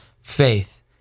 faith